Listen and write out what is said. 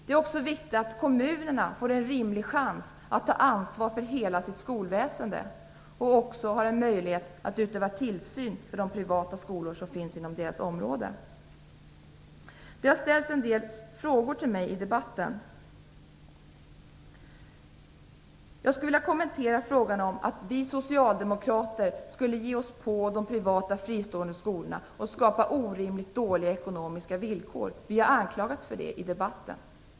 Det är också viktigt att kommunerna får en rimlig chans att ta ansvar för hela sitt skolväsende och har en möjlighet att utöva tillsyn över de privata skolor som finns inom deras område. Det har ställts en del frågor till mig i debatten. Jag skulle vilja kommentera frågan om att vi socialdemokrater skulle ge oss på de privata, fristående skolorna och skapa orimligt dåliga ekonomiska villkor. Vi har anklagats för det i debatten.